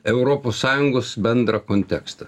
europos sąjungos bendrą kontekstą